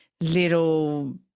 little